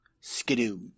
Skidoo